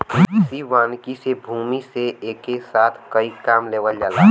कृषि वानिकी से भूमि से एके साथ कई काम लेवल जाला